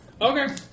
Okay